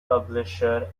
publisher